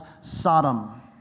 Sodom